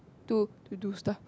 to to do stuff